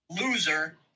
loser